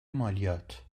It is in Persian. مالیات